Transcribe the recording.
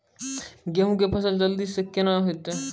गेहूँ के फसल जल्दी से के ना होते?